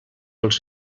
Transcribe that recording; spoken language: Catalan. els